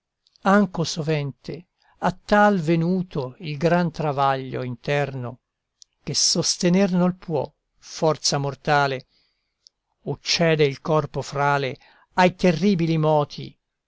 anco sovente a tal venuto il gran travaglio interno che sostener nol può forza mortale o cede il corpo frale ai terribili moti